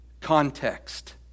context